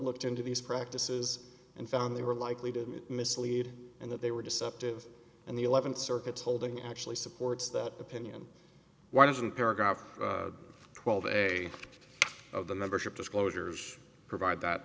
looked into these practices and found they were likely to mislead and that they were deceptive and the th circuit holding actually supports that opinion why didn't paragraph twelve day of the membership disclosures provide that